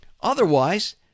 otherwise